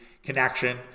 connection